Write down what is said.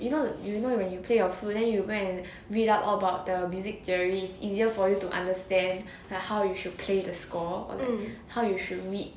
you know you know you when you play your flute then you go and read up all about the music theory is easier for you to understand like how you should play the score or how you should read